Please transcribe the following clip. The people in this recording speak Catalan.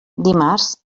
dimarts